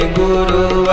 guru